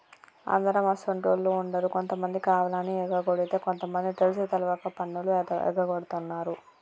అందరు అసోంటోళ్ళు ఉండరు కొంతమంది కావాలని ఎగకొడితే కొంత మంది తెలిసి తెలవక పన్నులు ఎగగొడుతున్నారు